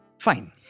Fine